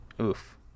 Oof